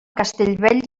castellbell